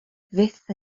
fyth